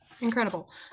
Incredible